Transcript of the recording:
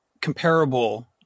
comparable